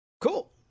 Cool